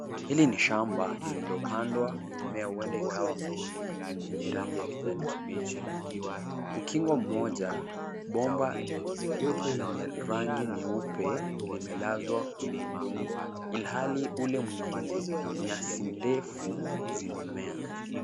Hili ni shamba lililopandwa mmea, huenda ikawa ni mahindi yenye rangi ya kijani kibichi. Ukingo mmoja, bomba lenye rangi nyeupe limelazwa kwenye udongo, ilhali ule mwingine, nyasi ndefu zimemea.